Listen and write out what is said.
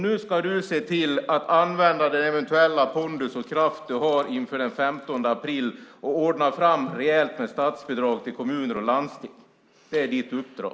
Nu ska du se till att använda den eventuella pondus och kraft du har inför den 15 april och ordna fram rejält med statsbidrag till kommuner och landsting. Det är ditt uppdrag.